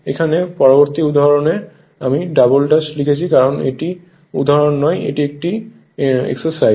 এখানে পরবর্তী উদাহরণে আমি ডবল ড্যাশ লিখেছি কারণ এটি উদাহরণ নয় এটি একটি এক্সারসাইজ